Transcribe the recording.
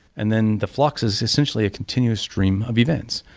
and then the flux is essentially a continuous stream of events,